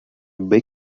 big